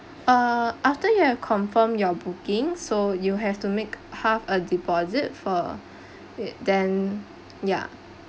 uh after you have confirm your booking so you have to make half a deposit for it then ya